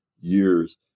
years